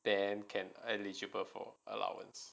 then can eligible for allowance